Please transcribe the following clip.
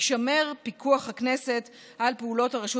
יישמר פיקוח הכנסת על פעולות הרשות